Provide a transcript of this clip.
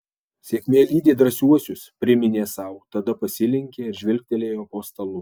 sėkmė lydi drąsiuosius priminė sau tada pasilenkė ir žvilgtelėjo po stalu